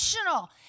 emotional